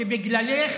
שבגללך